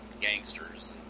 gangsters